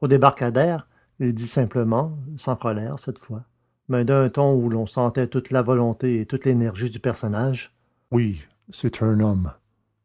au débarcadère il dit simplement sans colère cette fois mais d'un ton où l'on sentait toute la volonté et toute l'énergie du personnage oui c'est un homme